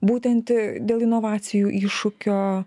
būtent dėl inovacijų iššūkio